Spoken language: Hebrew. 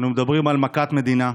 אנו מדברים על מכת מדינה.